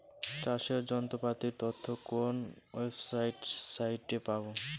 চাষের যন্ত্রপাতির তথ্য কোন ওয়েবসাইট সাইটে পাব?